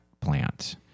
plant